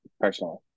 personally